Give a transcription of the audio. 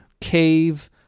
cave